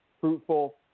fruitful